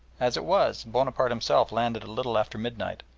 as it was, bonaparte himself landed little after midnight,